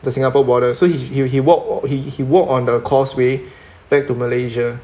to singapore border so he he he walk he he walk on the causeway back to malaysia